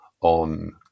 on